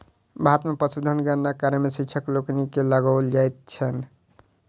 भारत मे पशुधन गणना कार्य मे शिक्षक लोकनि के लगाओल जाइत छैन